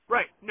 Right